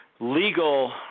legal